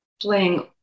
playing